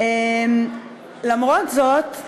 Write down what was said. למרות זאת,